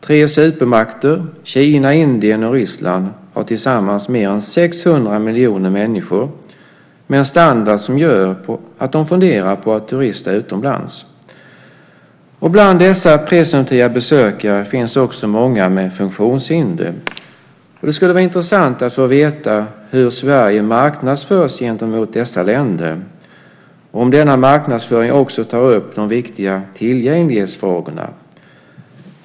Tre supermakter - Kina, Indien och Ryssland - har tillsammans mer än 600 miljoner människor med en standard som gör att de funderar på att turista utomlands. Bland dessa presumtiva besökare finns också många med funktionshinder. Det skulle vara intressant att få veta hur Sverige marknadsförs gentemot dessa länder och om denna marknadsföring också tar upp de viktiga tillgänglighetsfrågorna.